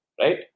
right